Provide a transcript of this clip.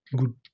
good